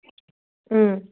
ꯎꯝ